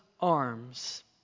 arms